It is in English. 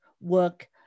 work